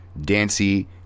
Dancy